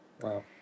Wow